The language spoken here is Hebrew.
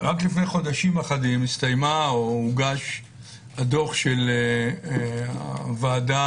לפני חודשים אחדים הוגש דוח הוועדה